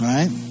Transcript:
Right